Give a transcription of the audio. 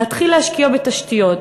להתחיל להשקיע בתשתיות,